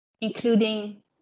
including